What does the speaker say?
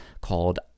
called